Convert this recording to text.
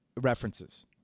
references